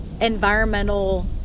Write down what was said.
environmental